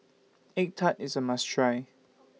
Egg Tart IS A must Try